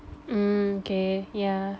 mm okay yeah